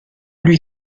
lui